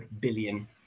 billion